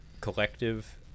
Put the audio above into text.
collective